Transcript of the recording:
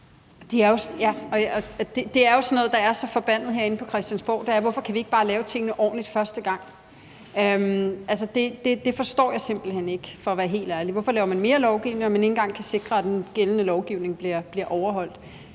Det er jo så noget, der er så forbandet herinde på Christiansborg. Altså, hvorfor kan vi ikke bare lave tingene ordentligt første gang? Det forstår jeg simpelt hen ikke, for at være helt ærlig. Hvorfor laver man mere lovgivning, når man ikke engang kan sikre, at den gældende lovgivning bliver overholdt?